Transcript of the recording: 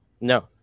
No